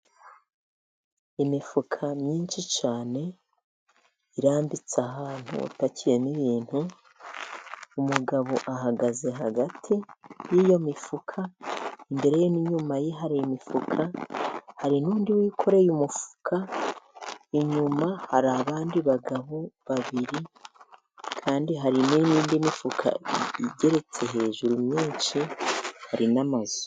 Imifuka myinshi cyane irambitse ahantu hapakiyemo ibintu, umugabo ahagaze hagati y'iyo mifuka, imbere ye n'inyuma ye hari imifuka, hari n'undi wikoreye umufuka, inyuma hari abandi bagabo babiri kandi hari n'iyindi mifuka igeretse hejuru myinshi. Hari n'amazu.